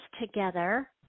together